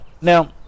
Now